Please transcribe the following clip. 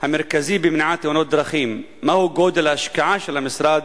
המרכזי במניעת תאונות דרכים, מהי השקעת המשרד